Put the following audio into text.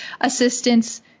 assistance